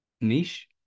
Niche